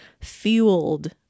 fueled